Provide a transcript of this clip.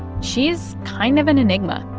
she's kind of an enigma.